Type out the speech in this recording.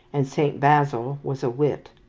and saint basil was a wit.